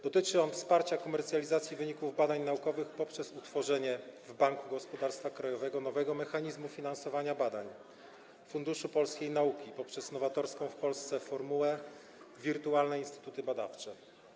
Dotyczy on wsparcia komercjalizacji wyników badań naukowych poprzez utworzenie w Banku Gospodarstwa Krajowego nowego mechanizmu finansowania badań - Funduszu Polskiej Nauki poprzez nowatorską w Polsce formułę wirtualnych instytutów badawczych.